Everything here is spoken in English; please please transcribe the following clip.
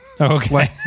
Okay